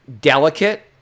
delicate